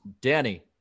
danny